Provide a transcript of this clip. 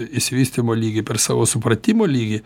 išsivystymo lygį per savo supratimo lygį